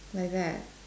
like that